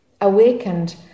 awakened